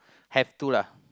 have to lah